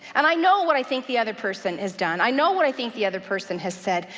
and i know what i think the other person has done. i know what i think the other person has said,